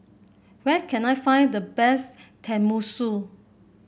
where can I find the best Tenmusu